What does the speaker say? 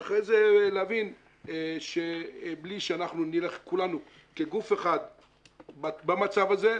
ואחרי זה להבין שבלי שאנחנו נלך כולנו כגוף אחד במצב הזה,